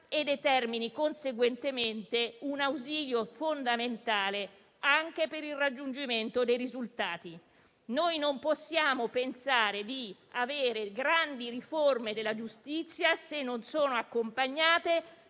e determini conseguentemente un ausilio fondamentale anche per il raggiungimento dei risultati. Non possiamo pensare di avere grandi riforme della giustizia, se non sono accompagnate